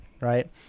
right